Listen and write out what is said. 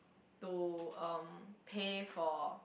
to um pay for